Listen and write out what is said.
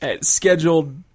scheduled